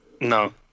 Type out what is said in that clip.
no